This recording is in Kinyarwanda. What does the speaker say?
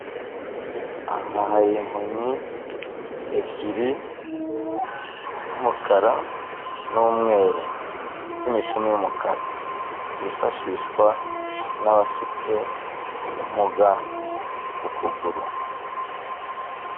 Aha hari inkoni ebyiri z'umukara n'umweru, zifite imishumi y'umukara, zifashishwa n'abafite ubumuga ku kuguru.